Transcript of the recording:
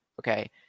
okay